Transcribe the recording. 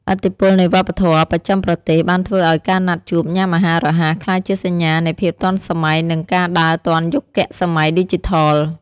ឥទ្ធិពលនៃវប្បធម៌បស្ចិមប្រទេសបានធ្វើឱ្យការណាត់ជួបញ៉ាំអាហាររហ័ស ក្លាយជាសញ្ញានៃភាពទាន់សម័យ និងការដើរទាន់យុគសម័យឌីជីថល។